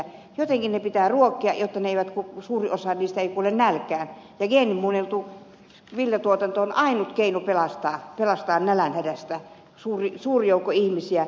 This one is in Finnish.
jotenkin ne pitää ruokkia jotta suuri osa niistä ei kuole nälkään ja geenimuunneltu viljatuotanto on ainut keino pelastaa nälänhädästä suuri joukko ihmisiä